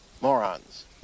Morons